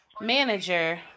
manager